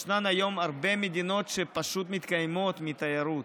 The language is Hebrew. יש היום הרבה מדינות שפשוט מתקיימות מתיירות